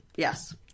Yes